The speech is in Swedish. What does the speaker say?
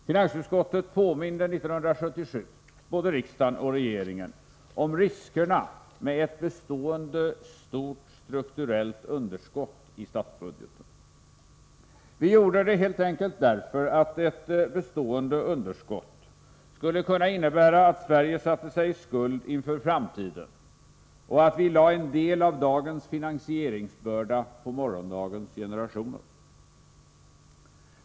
Finansutskottet påminde 1977 både riksdagen och regeringen om riskerna med ett bestående stort strukturellt underskott i statsbudgeten. Vi gjorde det helt enkelt därför att ett bestående underskott skulle innebära att Sverige satte sig i skuld inför framtiden och att vi lade en del av dagens finansieringsbörda på morgondagens generationer.